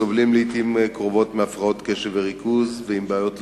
סובלים לעתים קרובות מהפרעות קשב וריכוז ומבעיות למידה.